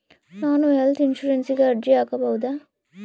ನಾನು ಹೆಲ್ತ್ ಇನ್ಶೂರೆನ್ಸಿಗೆ ಅರ್ಜಿ ಹಾಕಬಹುದಾ?